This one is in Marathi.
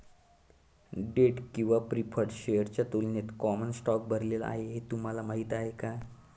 डेट किंवा प्रीफर्ड शेअर्सच्या तुलनेत कॉमन स्टॉक भरलेला आहे हे तुम्हाला माहीत आहे का?